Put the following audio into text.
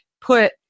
put